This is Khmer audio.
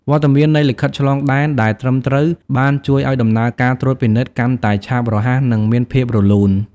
វត្តមាននៃលិខិតឆ្លងដែនដែលត្រឹមត្រូវបានជួយឱ្យដំណើរការត្រួតពិនិត្យកាន់តែឆាប់រហ័សនិងមានភាពរលូន។